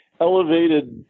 elevated